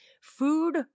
Food